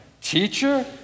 Teacher